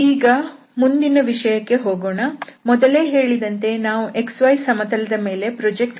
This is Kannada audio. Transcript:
ಈಗ ಮುಂದಿನ ವಿಷಯಕ್ಕೆ ಹೋಗೋಣ ಮೊದಲೇ ಹೇಳಿದಂತೆ ನಾವು xy ಸಮತಲದ ಮೇಲೆ ಪ್ರೋಜೆಕ್ಟ್ ಮಾಡುತ್ತಿದ್ದೇವೆ